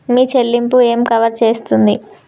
మీ చెల్లింపు ఏమి కవర్ చేస్తుంది?